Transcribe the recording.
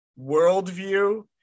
worldview